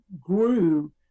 grew